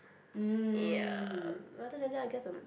ya other than that I guess I'm